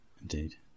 indeed